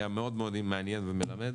היה מאוד מעניין ומלמד.